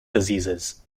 diseases